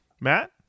Matt